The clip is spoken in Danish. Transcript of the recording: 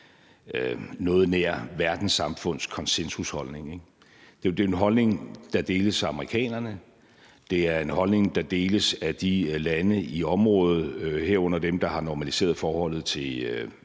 i verdenssamfundet. Det er jo en holdning, der deles af amerikanerne, og det er en holdning, der deles af lande i området, herunder dem, der senest har normaliseret forholdet til